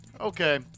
okay